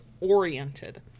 oriented